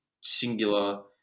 singular